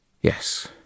Yes